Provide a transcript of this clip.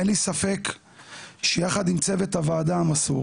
אין לי ספק שיחד עם צוות הוועדה המסור